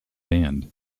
band